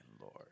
lord